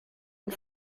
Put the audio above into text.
und